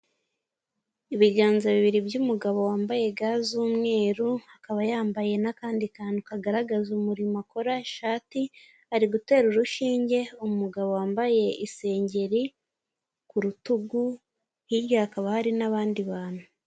Ibiganza bibiri by'umugabo wambaye ga z'umweru akaba yambaye n'akandi kantu kagaragaza umurimo akora, ishati ari gutera urushinge umugabo wambaye isengeri ku rutugu hirya hakaba hari n'abandi bantu.